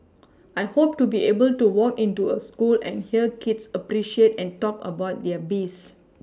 I hope to be able to walk into a school and hear kids appreciate and talk about there bees